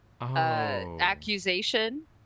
accusation